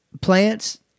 plants